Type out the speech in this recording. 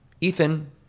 Ethan